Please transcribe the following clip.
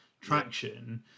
traction